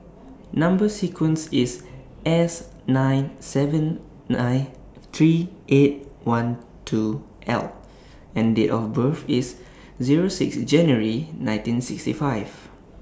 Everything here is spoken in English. Number sequence IS S nine seven nine three eight one two L and Date of birth IS Zero six January nineteen sixty five